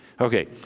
Okay